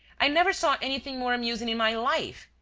i never saw anything more amusing in my life.